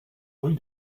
rue